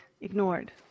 ignored